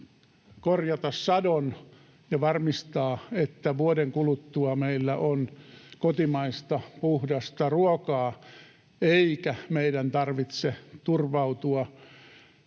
korjata sadon ja varmistaa, että vuoden kuluttua meillä on kotimaista, puhdasta ruokaa eikä meidän tarvitse turvautua